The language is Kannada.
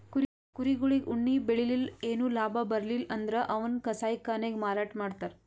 ಕುರಿಗೊಳಿಗ್ ಉಣ್ಣಿ ಬೆಳಿಲಿಲ್ಲ್ ಏನು ಲಾಭ ಬರ್ಲಿಲ್ಲ್ ಅಂದ್ರ ಅವನ್ನ್ ಕಸಾಯಿಖಾನೆಗ್ ಮಾರಾಟ್ ಮಾಡ್ತರ್